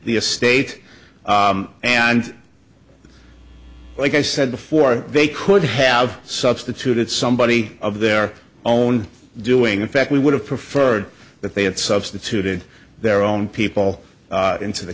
the estate and like i said before they could have substituted somebody of their own doing in fact we would have preferred that they had substituted their own people into the